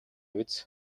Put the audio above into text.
биз